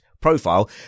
profile